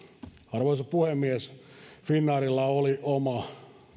arvoisa puhemies finnairilla oli oma